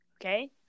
okay